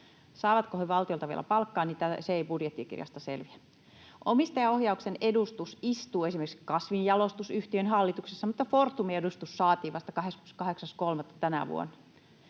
Saavatko he valtiolta vielä palkkaa, se ei budjettikirjasta selviä. Omistajaohjauksen edustus istuu esimerkiksi kasvinjalostusyhtiön hallituksessa, mutta Fortumin edustus saatiin vasta 28.3. tänä vuonna.